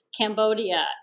Cambodia